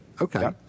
Okay